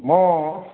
म